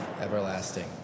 everlasting